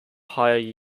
higher